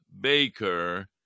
baker